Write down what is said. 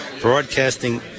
broadcasting